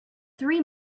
three